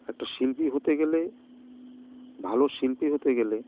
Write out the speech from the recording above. একটা শিল্পী হতে গেলে ভালো শিল্পী হতে গেলে